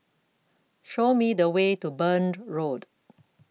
Show Me The Way to Burned Road